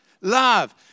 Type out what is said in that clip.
love